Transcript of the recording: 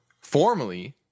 formally